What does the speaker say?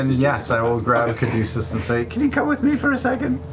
and yes, i will grab caduceus and say can you come with me for a second?